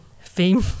theme